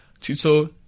Tito